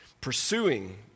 pursuing